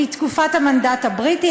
מתקופת המנדט הבריטי,